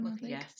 Yes